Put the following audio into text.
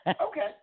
Okay